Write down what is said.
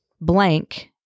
blank